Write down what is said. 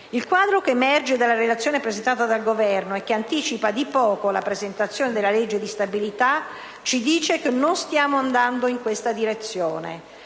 Il quadro che emerge dalla Relazione presentata dal Governo, che anticipa di poco la presentazione della legge di stabilità, ci dice che non stiamo andando in questa direzione.